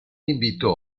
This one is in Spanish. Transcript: invitó